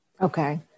Okay